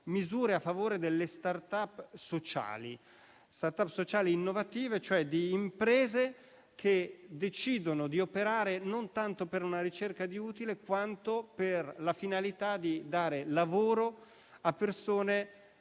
misure a favore delle *startup* sociali innovative, cioè di imprese che decidono di operare non tanto per una ricerca di utile, quanto per la finalità di dare lavoro a persone